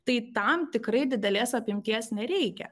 tai tam tikrai didelės apimties nereikia